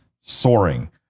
soaring